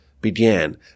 began